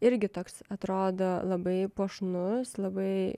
irgi toks atrodo labai puošnus labai